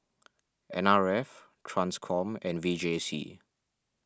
N R F Transcom and V J C